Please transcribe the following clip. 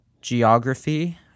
geography